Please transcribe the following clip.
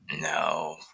No